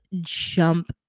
jump